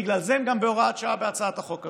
בגלל זה הם גם בהוראת שעה בהצעת החוק הזאת.